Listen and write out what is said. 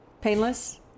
painless